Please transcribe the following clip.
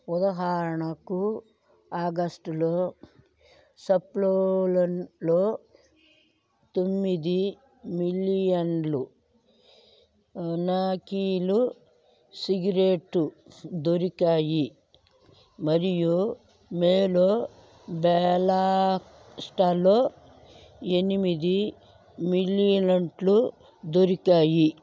ఉదాహారణకు ఆగస్టులో సప్లోలేంట్లో తొమ్మిది మిలియన్లు నకిలీ సిగరేటు దొరికాయి మరియు మేలో బెలాష్ఠాలో ఎనిమిది మిలియన్లు దొరికాయి